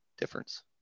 difference